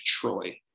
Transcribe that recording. Troy